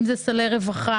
אם זה סלי רווחה